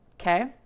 Okay